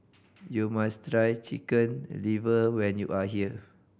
you must try Chicken Liver when you are here